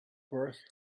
birth